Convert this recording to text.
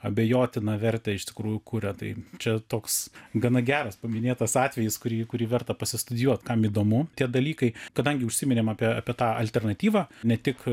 abejotiną vertę iš tikrųjų kuria tai čia toks gana geras paminėtas atvejis kurį kurį verta pastudijuot kam įdomu tie dalykai kadangi užsiminėm apie apie tą alternatyvą ne tik